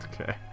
Okay